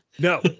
no